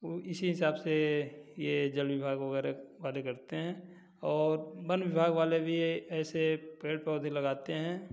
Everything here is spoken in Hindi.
वो इसी हिसाब से ये जल विभाग वगैरह वाले करते हैं और वन विभाग वाले भी ऐसे पेड़ पौधे लगते हैं